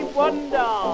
wonder